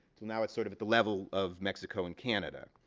so now, it's sort of at the level of mexico and canada.